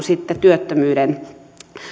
sitten työttömyyden